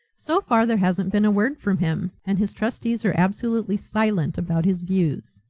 so far there hasn't been a word from him, and his trustees are absolutely silent about his views.